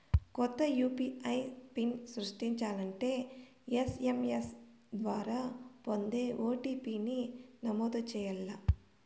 కొత్త UPI PIN సృష్టించాలంటే SMS ద్వారా పొందే ఓ.టి.పి.ని నమోదు చేయాల్ల